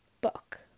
book